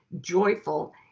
joyful